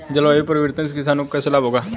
जलवायु परिवर्तन से किसानों को कैसे लाभ होगा?